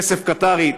כסף קטרי,